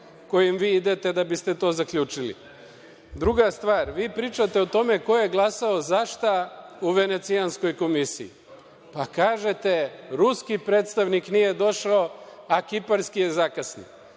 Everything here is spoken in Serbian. kojim vi idete da biste to zaključili? Druga stvar, vi pričate o tome ko je glasao za šta u Venecijanskoj komisiji. Kažete – ruski predstavnik nije došao, a kiparski je zakasnio.